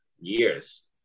years